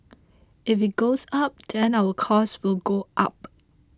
if it goes up then our cost will go up